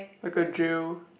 like a jail